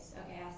okay